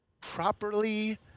Properly